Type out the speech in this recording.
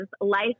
life